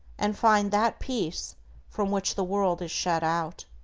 and find that peace from which the world is shut out.